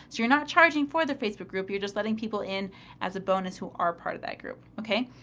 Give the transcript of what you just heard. you're not charging for the facebook group, you're just letting people in as a bonus who are part of that group, okay?